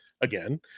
Again